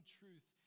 truth